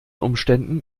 umständen